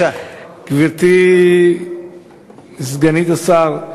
גברתי סגנית השר,